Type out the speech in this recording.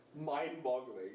mind-boggling